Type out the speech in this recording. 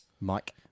Mike